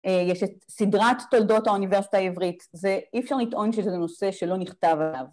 ‫יש את סדרת תולדות האוניברסיטה העברית, ‫אי אפשר לטעון שזה נושא שלא נכתב עליו